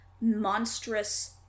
monstrous